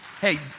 Hey